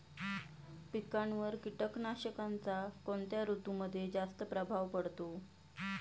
पिकांवर कीटकनाशकांचा कोणत्या ऋतूमध्ये जास्त प्रभाव पडतो?